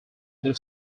other